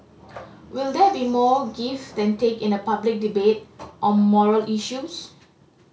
will there be more give than take in a public debate on moral issues